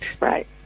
Right